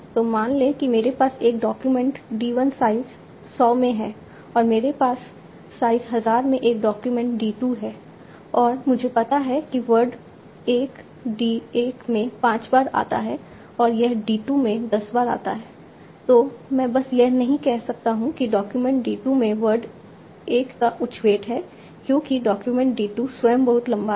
तो मान लें कि मेरे पास एक डॉक्यूमेंट d 1 साइज़ 100 में है और मेरे पास साइज़ हजार के एक डॉक्यूमेंट d 2 है और मुझे पता है कि वर्ड 1 d 1 में 5 बार आता है और यह d 2 में दस बार आता है तो मैं बस यह नहीं कह सकता कि डॉक्यूमेंट d 2 में वर्ड 1 का उच्च वेट है क्योंकि डॉक्यूमेंट d 2 स्वयं बहुत लंबा है